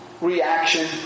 reaction